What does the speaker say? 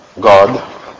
God